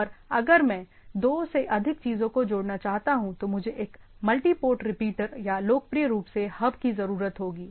और अगर मैं दो से अधिक चीजों को जोड़ना चाहता हूं तो मुझे एक मल्टी पोर्ट रिपीटर या लोकप्रिय रूप से हब की जरूरत होगी